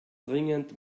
dringend